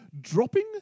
Dropping